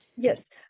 Yes